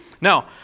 Now